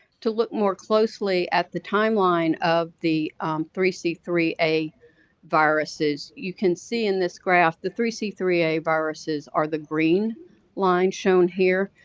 to look more closely at the timeline of the three c three a viruses, you can see in this graph the three c three a viruses are the green line shown here,